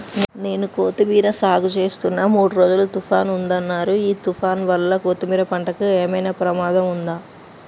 నేను కొత్తిమీర సాగుచేస్తున్న మూడు రోజులు తుఫాన్ ఉందన్నరు ఈ తుఫాన్ వల్ల కొత్తిమీర పంటకు ఏమైనా ప్రమాదం ఉందా?